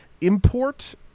import